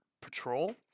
Patrol